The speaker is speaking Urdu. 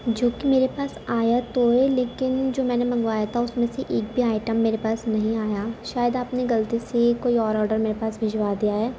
جو کہ میرے پاس آیا تو ہے لیکن جو میں نے منگوایا تھا اس میں سے ایک بھی آئٹم میرے پاس نہیں آیا شاید آپ نے غلطی سے کوئی اور آرڈر میرے پاس بھجوا دیا ہے